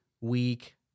week